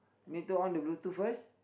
need to on the Bluetooth first